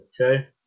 okay